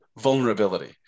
vulnerability